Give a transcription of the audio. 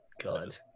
God